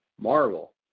marvel